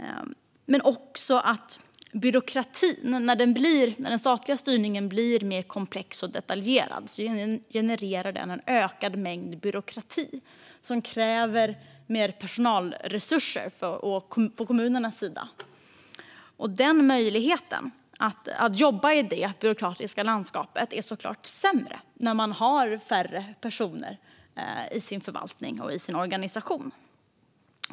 Men det handlar också om byråkratin - när den statliga styrningen blir mer komplex och detaljerad genererar den en ökad mängd byråkrati som kräver mer personalresurser från kommunernas sida. Möjligheten att jobba i detta byråkratiska landskap är såklart sämre när man har färre personer i sin förvaltning och i sin organisation.